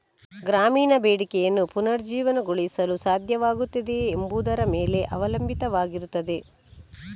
ಗ್ರಾಮೀಣ ಬೇಡಿಕೆಯನ್ನು ಪುನರುಜ್ಜೀವನಗೊಳಿಸಲು ಸಾಧ್ಯವಾಗುತ್ತದೆಯೇ ಎಂಬುದರ ಮೇಲೆ ಅವಲಂಬಿತವಾಗಿರುತ್ತದೆ